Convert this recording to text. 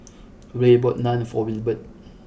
Rey bought Naan for Wilbert